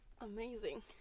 Amazing